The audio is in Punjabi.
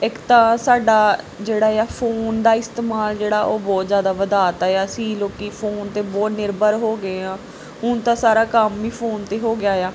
ਇੱਕ ਤਾਂ ਸਾਡਾ ਜਿਹੜਾ ਆ ਫੋਨ ਦਾ ਇਸਤੇਮਾਲ ਜਿਹੜਾ ਉਹ ਬਹੁਤ ਜ਼ਿਆਦਾ ਵਧਾ ਤਾ ਆ ਅਸੀਂ ਲੋਕ ਫੋਨ 'ਤੇ ਬਹੁਤ ਨਿਰਭਰ ਹੋ ਗਏ ਹਾਂ ਹੁਣ ਤਾਂ ਸਾਰਾ ਕੰਮ ਵੀ ਫੋਨ 'ਤੇ ਹੋ ਗਿਆ ਆ